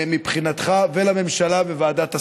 מבחינתך, ולממשלה בוועדת השרים.